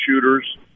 shooters